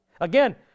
Again